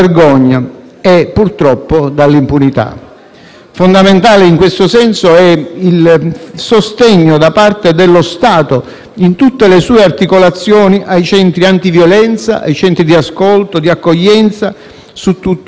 Fondamentale in questo senso è il sostegno da parte dello Stato, in tutte le sue articolazioni, ai centri antiviolenza, ai centri di ascolto e di accoglienza su tutto il territorio nazionale. Della